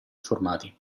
formati